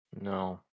No